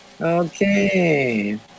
Okay